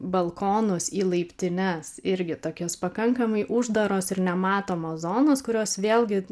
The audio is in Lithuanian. balkonus į laiptines irgi tokias pakankamai uždaros ir nematomos zonos kurios vėlgi